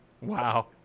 Wow